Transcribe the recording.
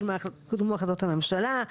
קודמו החלטות הממשלה.